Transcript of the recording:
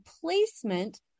placement